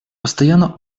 постоянно